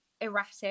erratic